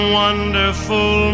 wonderful